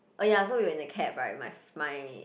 uh ya so we were in the cab right my friends